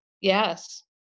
Yes